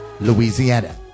Louisiana